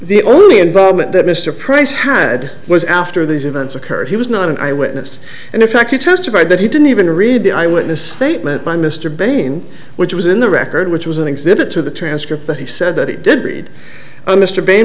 the only involvement that mr price had was after these events occurred he was not an eye witness and in fact he testified that he didn't even read the eye witness statement by mr bain which was in the record which was an exhibit to the transcript that he said that he did read mr b